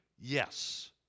yes